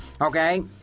Okay